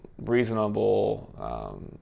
reasonable